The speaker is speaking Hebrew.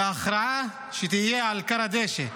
ושההכרעה תהיה על כר הדשא,